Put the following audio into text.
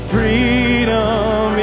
Freedom